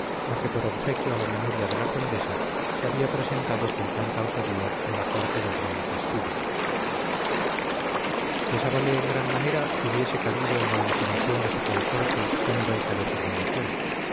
la que por obsequio a la memoria de la condesa se había presentado con tanta osadía en la corte del rey de castilla pesábale en gran manera que hubiese cabido en la imaginación de su consorte tan heroica determinación